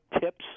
tips